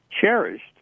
cherished